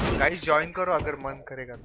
guys joined other one